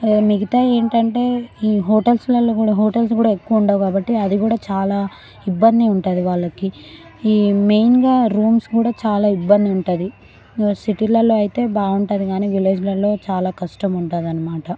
మిగతా ఏంటంటే ఈ హోటల్స్లల్లో కూడా హోటల్స్ కూడా ఎక్కువుండవు కాబట్టి అది కూడా చాలా ఇబ్బంది ఉంటుంది వాళ్ళకి ఈ మెయిన్గా రూమ్స్ కూడా చాలా ఇబ్బంది ఉంటుంది సిటీలల్లో అయితే బాగుంటుంది కానీ విలేజ్లల్లో చాలా కష్టముంటుందనమాట